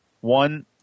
One